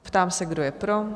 Ptám se, kdo je pro?